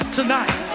tonight